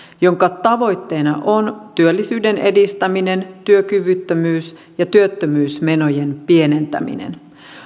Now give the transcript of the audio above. jonka tavoitteena on työllisyyden edistäminen ja työkyvyttömyys ja työttömyysmenojen pienentäminen